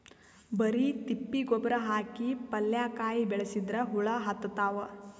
ಬರಿ ತಿಪ್ಪಿ ಗೊಬ್ಬರ ಹಾಕಿ ಪಲ್ಯಾಕಾಯಿ ಬೆಳಸಿದ್ರ ಹುಳ ಹತ್ತತಾವ?